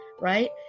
right